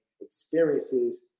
experiences